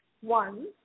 One